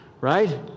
right